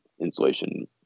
insulation